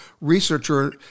researcher